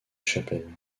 chapelle